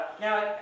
Now